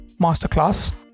masterclass